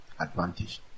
advantage